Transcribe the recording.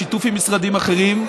בשיתוף עם משרדים אחרים,